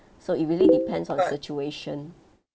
so it really depends on the situation